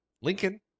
Lincoln